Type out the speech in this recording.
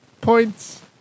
points